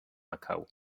macau